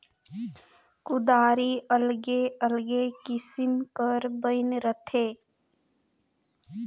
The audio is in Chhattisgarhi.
कुदारी अलगे अलगे किसिम कर बइन रहथे